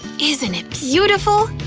isn't it beautiful?